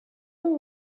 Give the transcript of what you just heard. were